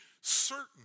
certain